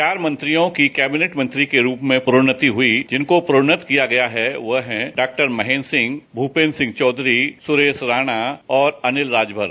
चार मंत्रियों की कैबिनेट मंत्री को रूप में प्रोन्नति हुई जिनको प्रोन्नत किया गया है वह है डॉक्टर महेंद्र सिंह भूपेंद्र सिंह चौधरी सुरेश राणा और अनिल राजभर